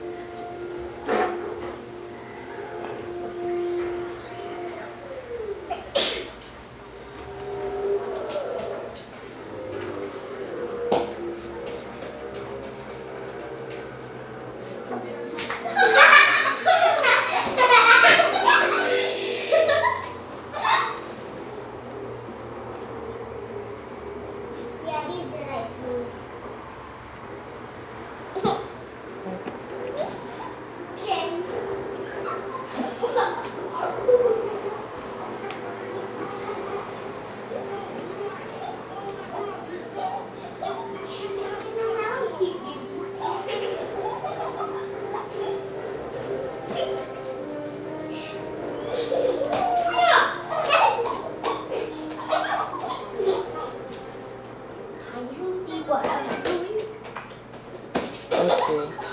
okay